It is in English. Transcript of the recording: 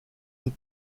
and